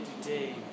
today